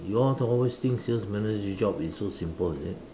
you all to always think sales manager job is so simple is it